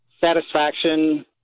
Satisfaction